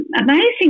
Amazing